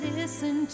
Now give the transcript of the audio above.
listen